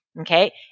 Okay